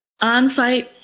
On-site